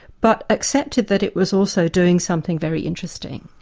but accepted that it was also doing something very interesting.